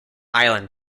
island